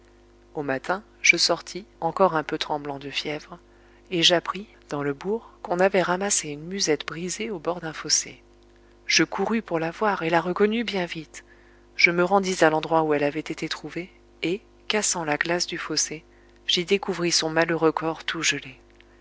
au matin je sortis encore un peu tremblant de fièvre et j'appris dans le bourg qu'on avait ramassé une musette brisée au bord d'un fossé je courus pour la voir et la reconnus bien vite je me rendis à l'endroit où elle avait été trouvée et cassant la